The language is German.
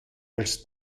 als